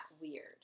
weird